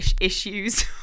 issues